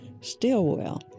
Stillwell